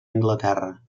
anglaterra